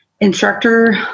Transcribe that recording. instructor